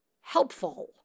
helpful